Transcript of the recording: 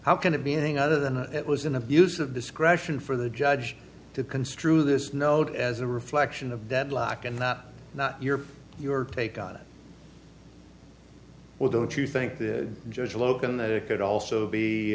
how can it be anything other than it was an abuse of discretion for the judge to construe this note as a reflection of deadlock and not not your your take on it well don't you think the judge will open that it could also be